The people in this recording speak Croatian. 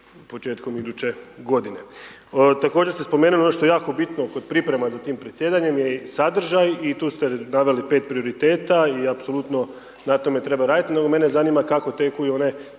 početkom iduće godine. Također ste spomenuli ono što je jako bitno kod priprema za tim predsjedanjem je sadržaj i tu ste naveli 5 prioriteta i apsolutno na tome treba raditi. No, mene zanima kako teku i one